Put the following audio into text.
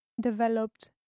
developed